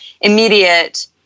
immediate